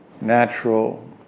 Natural